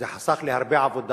זה חסך לי הרבה עבודה.